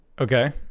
Okay